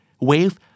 wave